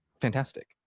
fantastic